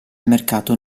mercato